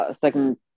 Second